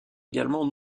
également